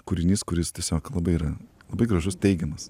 kūrinys kuris tiesiog labai yra labai gražus teigiamas